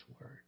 word